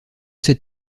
cette